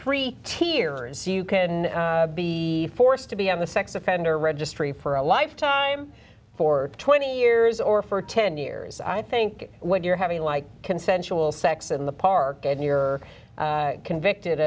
three tier and so you can be forced to be on the sex offender registry for a lifetime for twenty years or for ten years i think when you're having like consensual sex in the park and you're convicted